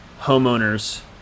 homeowners